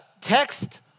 text